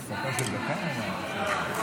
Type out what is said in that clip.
ולדימיר בליאק, בבקשה.